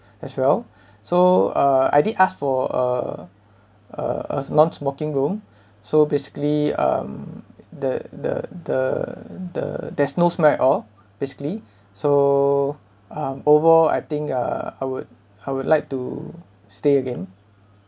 as well so uh I did asked for a a a non-smoking room so basically um the the the the there's no smoke at all basically so um overall I think uh I would I would like to stay again